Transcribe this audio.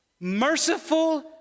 Merciful